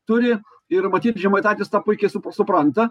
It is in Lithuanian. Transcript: turi ir matyt žemaitaitis tą puikiai sup supranta